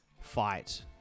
fight